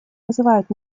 называют